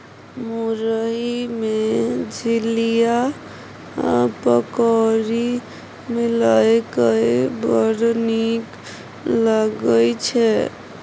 मुरही मे झिलिया आ पकौड़ी मिलाकए बड़ नीक लागय छै